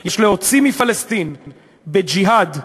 יש להוציא מפלסטין בג'יהאד,